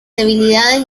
debilidades